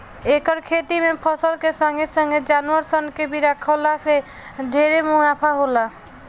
एकर खेती में फसल के संगे संगे जानवर सन के भी राखला जे से ढेरे मुनाफा होला